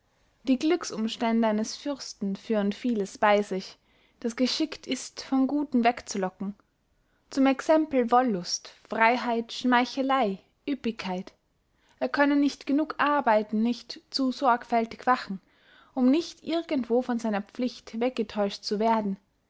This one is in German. die glücksumstände eines fürsten führen vieles bey sich das geschickt ist vom guten wegzulocken zum exempel wollust freyheit schmeicheley ueppigkeit er könne nicht genug arbeiten nicht zu sorgfältig wachen um nicht irgendwo von seiner pflicht weggeteuscht zu werden